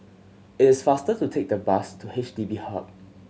it is faster to take the bus to H D B Hub